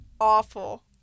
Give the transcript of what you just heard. awful